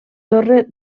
torre